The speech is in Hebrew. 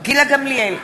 גילה גמליאל,